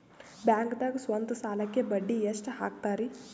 ಬ್ಯಾಂಕ್ದಾಗ ಸ್ವಂತ ಸಾಲಕ್ಕೆ ಬಡ್ಡಿ ಎಷ್ಟ್ ಹಕ್ತಾರಿ?